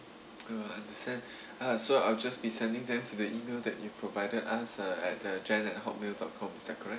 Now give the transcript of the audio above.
oh understand uh so I'll just be sending them to the email that you provided us uh at the jan at Hotmail dot com is that correct